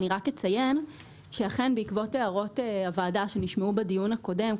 אני רק אציין שאכן בעקבות הערות הוועדה שנשמעו בדיון הקודם,